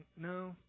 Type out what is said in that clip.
no